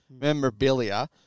memorabilia